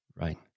Right